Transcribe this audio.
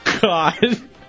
God